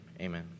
amen